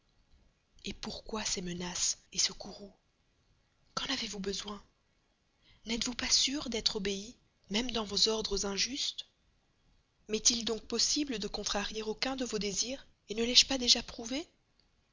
et pourquoi ces menaces ce courroux qu'en avez-vous besoin n'êtes-vous pas sûre d'être obéie même dans vos ordres injustes m'est-il donc possible de contrarier aucun de vos désirs ne l'ai-je pas déjà prouvé